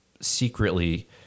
secretly